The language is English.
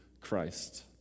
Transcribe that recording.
Christ